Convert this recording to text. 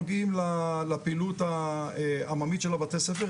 נוגעים לפעילות העממית של הבתי-ספר,